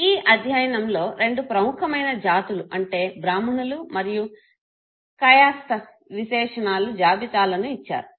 ఈ అధ్యయనంలో రెండు ప్రముఖమైన జాతులు అంటే బ్రాహ్మణులు మరియు కాయస్థాస్ విశేషణాల జాబితాలను ఇచ్చారు